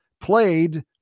played